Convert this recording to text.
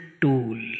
tool